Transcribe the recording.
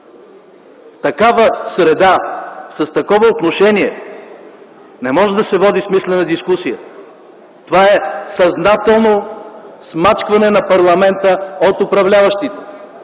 В такава среда, с такова отношение не може да се води смислена дискусия. Това е съзнателно смачкване на парламента от управляващите.